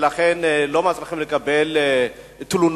ולכן לא מצליחים לקבל תלונות